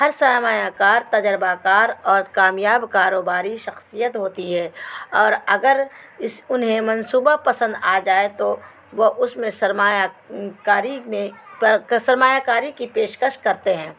ہر سرمایہ کار تجربہ کار اور کامیاب کاروباری شخصیت ہوتی ہے اور اگر اس انہیں منصوبہ پسند آ جائے تو وہ اس میں سرمایہ کاری میں سرمایہ کاری کی پیشکش کرتے ہیں